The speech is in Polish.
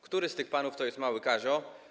Który z tych panów to jest mały Kazio?